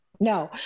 No